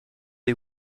des